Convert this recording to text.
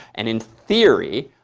and in theory,